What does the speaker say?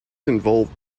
involved